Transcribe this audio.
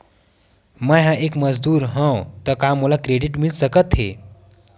मैं ह एक मजदूर हंव त का मोला क्रेडिट मिल सकथे?